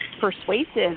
persuasive